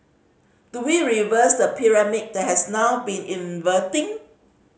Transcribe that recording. do we reverse the pyramid that has now been inverting